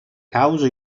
caus